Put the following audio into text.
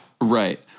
Right